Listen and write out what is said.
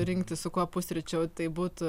rinktis su kuo pusryčiauti tai būtų